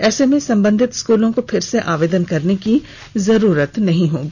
ऐसे में संबंधित स्कूलों को फिर से आवेदन करने की जरूरत नहीं होगी